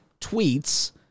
tweets